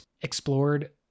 explored